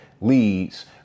leads